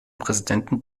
präsidenten